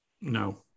No